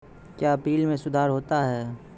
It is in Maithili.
क्या बिल मे सुधार होता हैं?